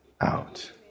out